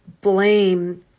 blame